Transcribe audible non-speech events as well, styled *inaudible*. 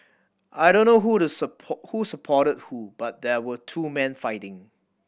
I don't know who the *unintelligible* who supported who but there were two men fighting